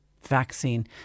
vaccine